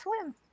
swim